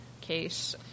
case